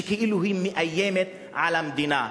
שכאילו היא מאיימת על המדינה.